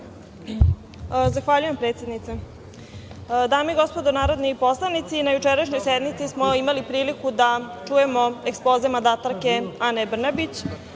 Zahvaljujem, predsednice. Dame i gospodo narodni poslanici, na jučerašnjoj sednici smo imali priliku da čujemo ekspoze mandatarke Ane Brnabić,